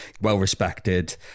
Well-respected